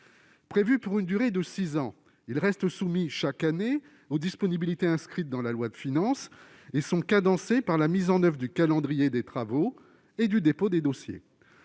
Prévus pour une durée de six ans, ces contrats restent subordonnés chaque année aux disponibilités inscrites dans la loi de finances et sont cadencés par la mise en oeuvre du calendrier des travaux et du dépôt des dossiers.